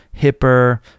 hipper